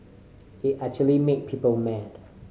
it actually made people mad